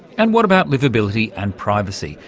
and what about liveability and privacy?